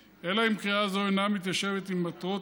אלא אם כן קריאה זו אינה מתיישבת עם מטרות